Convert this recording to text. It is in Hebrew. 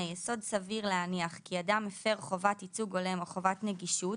יסוד סביר להניח כי אדם הפר חובת ייצוג הולם או חובת נגישות,